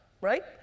right